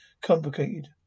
Complicated